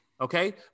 okay